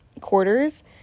quarters